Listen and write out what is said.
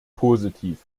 positiv